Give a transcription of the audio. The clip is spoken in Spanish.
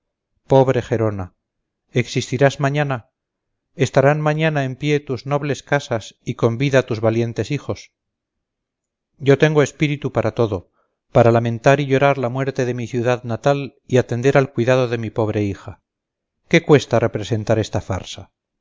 pobre gerona existirás mañana estarán mañana en pie tus nobles casas y con vida tus valientes hijos yo tengo espíritu para todo para lamentar y llorar la muerte de mi ciudad natal y atender al cuidado de mi pobre hija qué cuesta representar esta farsa